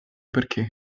perché